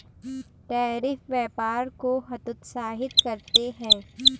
tariff व्यापार को हतोत्साहित करते हैं